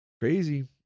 Crazy